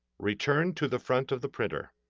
return to the front of the printer.